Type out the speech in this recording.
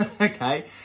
Okay